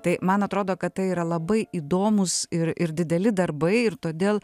tai man atrodo kad tai yra labai įdomūs ir ir dideli darbai ir todėl